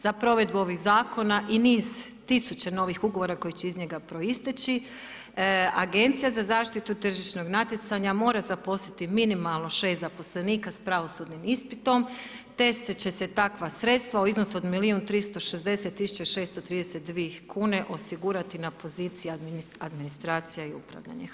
Za provedbu ovih zakona i niz tisuće novih ugovora koji će iz njega proisteći, Agencija za zaštitu tržišnog natjecanja mora zaposliti minimalno 6 zaposlenika s pravosudnim ispitom te će se takva sredstva u iznosu 1,360.632 kune osigurati na poziciji administracije i upravljanja.